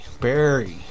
Barry